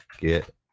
get